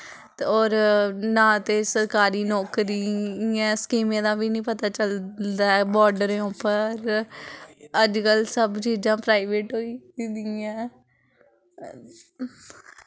ते होर नां ते सरकारी नौकरी स्कीमें दा बी निं पता चलदा ऐ बॉर्डरें उप्पर अजकल्ल सब चीजां प्राइवेट होई दियां